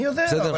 אני יודע.